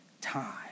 time